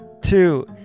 two